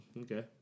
Okay